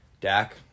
Dak